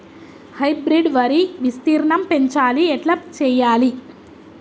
Hybrid వరి విస్తీర్ణం పెంచాలి ఎట్ల చెయ్యాలి?